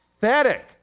pathetic